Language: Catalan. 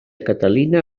caterina